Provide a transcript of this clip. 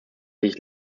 sich